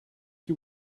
you